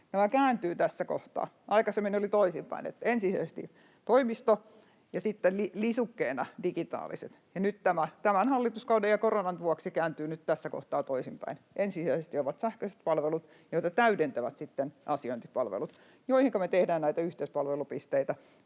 nämä kääntyvät tässä kohtaa. Aikaisemmin ne olivat toisinpäin, että ensisijaisesti toimisto ja sitten lisukkeena digitaaliset, ja nyt tämä kääntyi tämän hallituskauden ja koronan vuoksi tässä kohtaa toisinpäin: ensisijaisesti ovat sähköiset palvelut, joita täydentävät sitten asiointipalvelut, joihinka me tehdään näitä yhteispalvelupisteitä